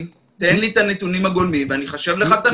תן לי את הנתונים הגולמיים ואני אחשב לך את הנתון.